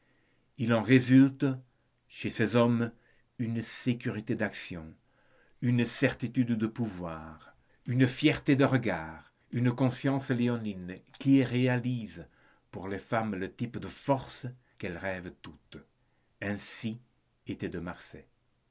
il en résulte chez ces hommes une sécurité d'action une certitude de pouvoir une fierté de regard une conscience léonine qui réalise pour les femmes le type de force qu'elles rêvent toutes ainsi était de marsay